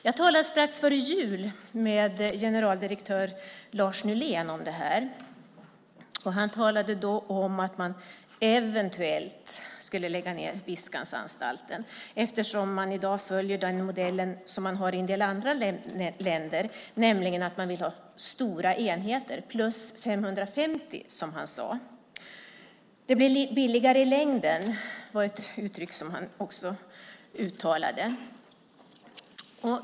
Jag talade strax före jul med generaldirektör Lars Nylén. Han talade då om att man eventuellt skulle lägga ned Viskananstalten eftersom man i dag följer den modell som finns i en del andra länder, nämligen stora enheter - +550, som han sade. Det blir billigare i längden, var också något han uttalade.